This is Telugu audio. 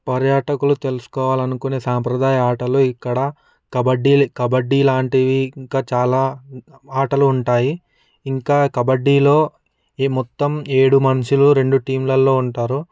పర్యాటకులు తెలుసుకోవాలనుకునే సాంప్రదాయ ఆటలు ఇక్కడ కబడ్డీ కబడ్డీ లాంటివి ఇంకా చాలా ఆటలు ఉంటాయి ఇంకా కబడ్డీలో ఈ మొత్తం ఏడు మనుషులు రెండు టీంలలో ఉంటారు